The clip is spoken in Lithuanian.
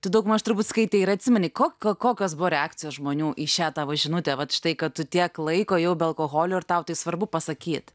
tu daugmaž turbūt skaitai ir atsimeni ko kok kokios buvo reakcijos žmonių į šią tavo žinutę vat štai kad tu tiek laiko jau be alkoholio ir tau tai svarbu pasakyt